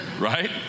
right